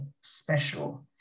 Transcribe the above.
special